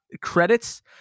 credits